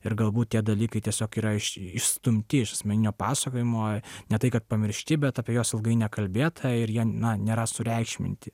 ir galbūt tie dalykai tiesiog yra iš išstumti iš asmeninio pasakojimo ne tai kad pamiršti bet apie juos ilgai nekalbėta ir jie na nėra sureikšminti